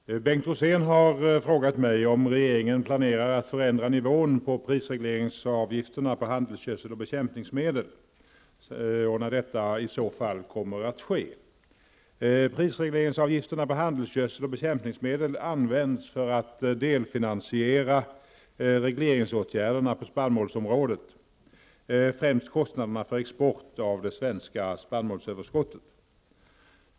Fru talman! Bengt Rosén har frågat mig om regeringen planerar att förändra nivån på prisregleringsavgifterna på handelsgödsel och bekämpningsmedel och när detta i så fall kommer att ske. Prisregleringsavgifterna på handelsgödsel och bekämpningsmedel används för att delfinansiera regleringsåtgärderna på spannmålsområdet, främst kostnaderna för export av det svenska spannmålsöverskottet.